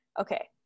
Okay